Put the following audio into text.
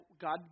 God